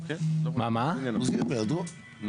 כי נניח שהיו לי שתי הפעלות קצרות